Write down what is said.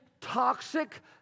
toxic